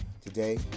Today